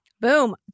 Boom